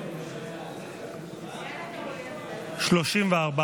תוספת תקציב לא נתקבלו.